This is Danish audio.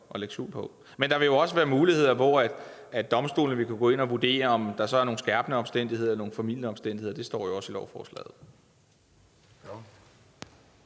Men der vil jo også være muligheder for, at domstolene vil kunne gå ind og vurdere, om der så er nogle skærpende eller formildende omstændigheder. Det står jo også i lovforslaget.